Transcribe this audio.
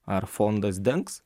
ar fondas dengs